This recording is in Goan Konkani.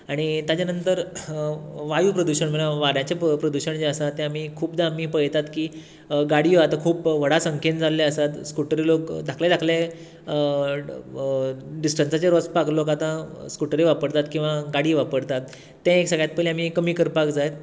आनी ताच्या नंतर वायु प्रदूशण म्हणल्यार वाऱ्याचें जें प्रदूशण जें आसा तें आमी खुबदां आमी पळयतात की गाडयो आता खूब व्हडा संख्येन जाल्ल्यो आसात स्कुटर लोक धाकटे धाकटे डिस्टंसाचेर वचपाक लोक आता स्कुटरी वापरतात ते एक सागळ्यांत पयलीं कमी करपाक जाय